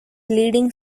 leading